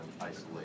isolated